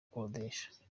gukodesha